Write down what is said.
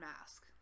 mask